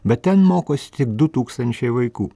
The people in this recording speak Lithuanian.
bet ten mokosi tik du tūkstančiai vaikų